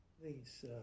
Please